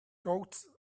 goats